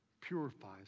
Purifies